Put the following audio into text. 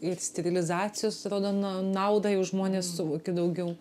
ir sterilizacijos atrodo na naudą jau žmonės suvokia daugiau